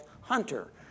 Hunter